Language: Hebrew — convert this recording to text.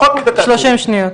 30 שניות.